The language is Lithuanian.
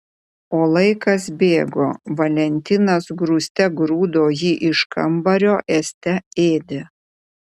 o laikas bėgo valentinas grūste grūdo jį iš kambario ėste ėdė